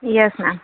yes ma'am